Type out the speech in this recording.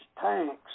tanks